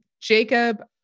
Jacob